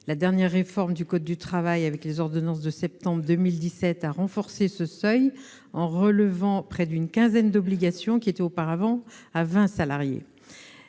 La dernière réforme du code du travail, issue des ordonnances de septembre 2017, a renforcé ce seuil en y attachant près d'une quinzaine d'obligations déclenchées auparavant à 20 salariés.